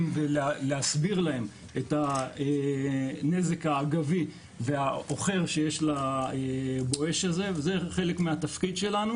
ולהסביר להם את הנזק האגבי והעוכר שיש ל"בואש" הזה וזה חלק מהתפקיד שלנו